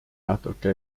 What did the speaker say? natuke